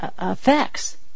effects